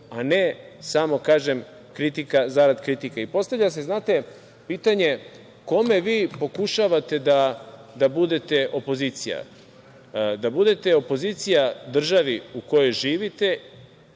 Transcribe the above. a ne samo kritika zarad kritike. Postavlja se, znate, pitanje kome vi pokušavate da budete opozicije? Da budete opozicija državi u kojoj živite,